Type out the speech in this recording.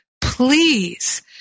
please